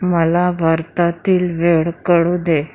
मला भारतातील वेळ कळू दे